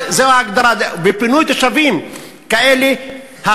ופינוי תושבים כאלה,